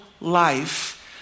life